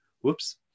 whoops